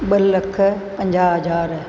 ॿ लख पंजाहु हज़ार